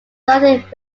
surrounded